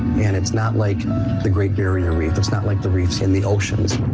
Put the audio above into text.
and it's not like the great barrier reef. it's not like the reefs in the oceans.